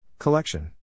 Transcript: Collection